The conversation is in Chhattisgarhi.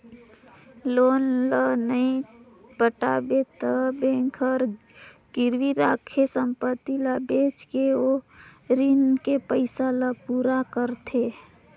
लोन ल नइ पटाबे त बेंक हर गिरवी राखे संपति ल बेचके ओ रीन के पइसा ल पूरा करथे